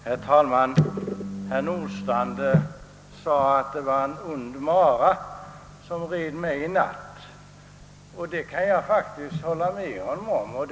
Herr talman! Herr Nordstrandh sade att det var en ond mara som red mig i natt och det kan jag faktiskt hålla med honom om.